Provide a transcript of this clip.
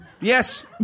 Yes